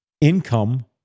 income